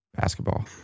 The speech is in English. basketball